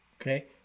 Okay